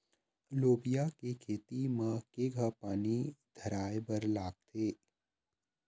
लोबिया के खेती म केघा पानी धराएबर लागथे?